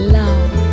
love